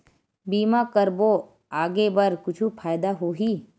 बीमा करबो आगे बर कुछु फ़ायदा होही?